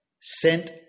sent